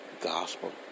Gospel